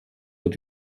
wird